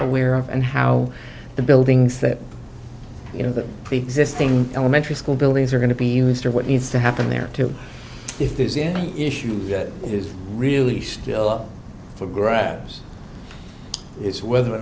aware of and how the buildings that you know the preexisting elementary school buildings are going to be used or what needs to happen there to if there's an issue that is really still up for grabs it's whether or